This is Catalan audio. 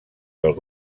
del